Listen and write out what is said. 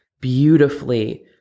beautifully